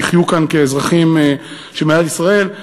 ויחיו כאן כאזרחים של מדינת ישראל.